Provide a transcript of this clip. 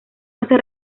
hace